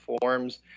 forms